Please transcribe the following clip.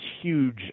huge